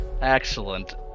excellent